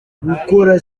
gukora